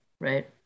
right